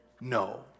No